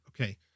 Okay